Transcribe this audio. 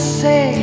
say